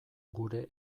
gure